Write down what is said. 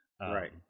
right